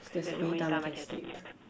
that's the only time I can sleep